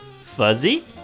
Fuzzy